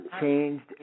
changed